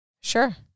Sure